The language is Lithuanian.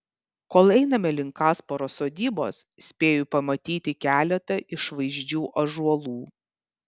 kol einame link kasparo sodybos spėju pamatyti keletą išvaizdžių ąžuolų